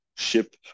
ship